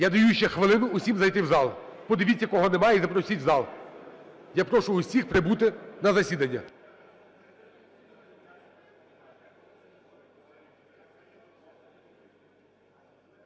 Я даю ще хвилину усім зайти в зал. Подивіться, кого немає, і запросіть в зал. Я прошу усіх прибути на засідання.